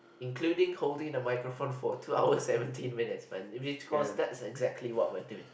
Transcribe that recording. including holding the microphone for two hours seventeen minutes man if they told us that's exactly what we're doing